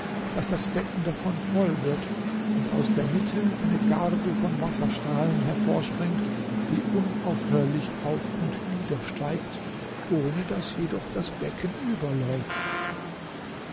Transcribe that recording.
daß des becken davon voll wird und aus der mitte eine garbe von wasserstrahlen hervorspringt die unaufhörlich auf und niedersteigt ohne daß jedoch das becken überläuft